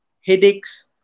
headaches